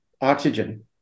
oxygen